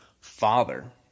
Father